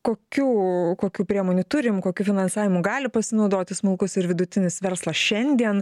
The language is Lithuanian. kokių kokių priemonių turim kokiu finansavimu gali pasinaudoti smulkus ir vidutinis verslas šiandien